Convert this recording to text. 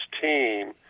team